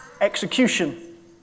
execution